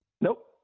Nope